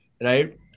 right